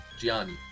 Gianni